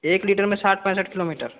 एक लीटर में साठ पैंसठ किलोमीटर